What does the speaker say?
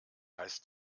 heißt